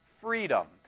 freedom